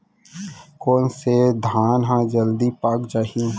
कोन से धान ह जलदी पाक जाही?